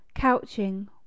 Couching